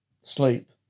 Sleep